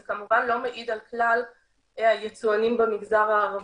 זה כמובן לא מעיד על כלל היצואנים במגזר הערבי,